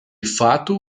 fato